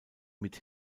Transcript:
mit